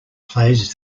plays